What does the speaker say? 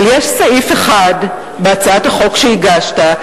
אבל יש סעיף אחד בהצעת החוק שהגשת,